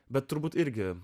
bet turbūt irgi